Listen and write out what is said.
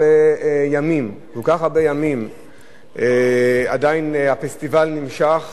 שבהם הפסטיבל עדיין נמשך